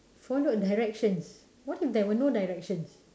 follow directions what if there were no direction